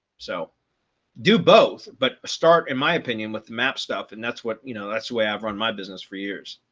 so do both, but start in my opinion with the map stuff. and that's what you know, that's why i've run my business for years.